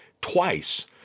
twice